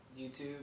YouTube